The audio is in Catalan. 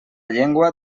llengua